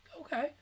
Okay